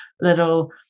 little